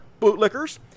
bootlickers